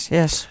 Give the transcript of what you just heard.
yes